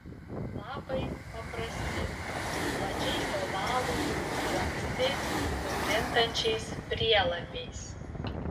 lapai paprasti plačiai ovalūs su anksti nukrintančiais prielapiais